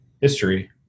history